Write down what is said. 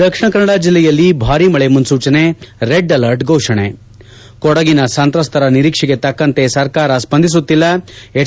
ದಕ್ಷಿಣ ಕನ್ನಡ ಜಿಲ್ಲೆಯಲ್ಲಿ ಭಾರಿ ಮಳೆ ಮುನ್ನೂಚನೆ ರೆಡ್ ಅರ್ಲಟ್ ಘೋಷಣೆ ಕೊಡಗಿನ ಸಂತ್ರಸ್ತರ ನೀರಿಕ್ಷೆಗೆ ತಕ್ಕಂತೆ ಸರ್ಕಾರ ಸ್ಪಂದಿಸುತ್ತಿಲ್ಲ ಹೆಚ್